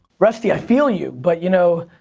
rusty, i feel you, but you know,